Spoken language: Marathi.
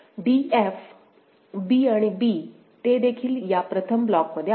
d f b आणि b ते देखील या प्रथम ब्लॉकमध्ये आहेत